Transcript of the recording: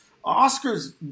Oscar's